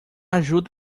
ajuda